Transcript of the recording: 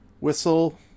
Whistle